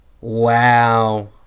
Wow